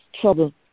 trouble